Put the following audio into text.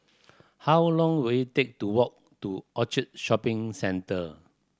how long will it take to walk to Orchard Shopping Centre